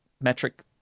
metric